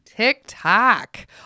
TikTok